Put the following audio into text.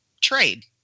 trade